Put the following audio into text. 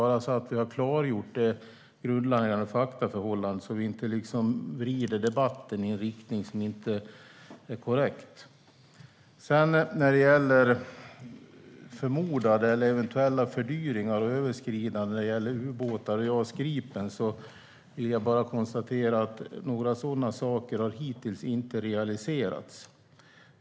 Jag säger detta för att klargöra grundläggande faktaförhållanden, så att vi inte vrider debatten i en riktning som inte är korrekt. När det gäller förmodade eller eventuella fördyringar och överskridanden beträffande ubåtar och JAS Gripen vill jag bara konstatera att några sådana saker hittills inte har realiserats.